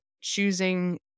choosing